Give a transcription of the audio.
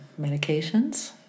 medications